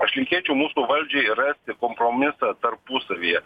aš linkėčiau mūsų valdžiai rasti kompromisą tarpusavyje